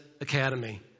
Academy